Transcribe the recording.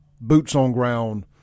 boots-on-ground